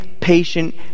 patient